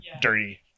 Dirty